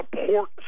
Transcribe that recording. support